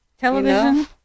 television